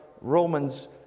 Romans